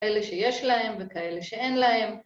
‫אלה שיש להם ואלה שאין להם.